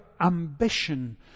ambition